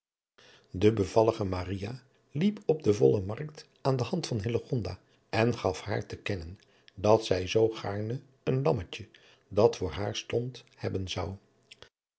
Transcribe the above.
de bevallige maria liep op de volle markt aan de hand van hillegonda en gaf haar te kennen dat zij zoo gaarne een lammetje dat voor haar stond hebben zou